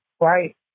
right